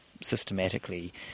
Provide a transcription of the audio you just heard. systematically